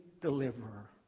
deliverer